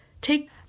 Take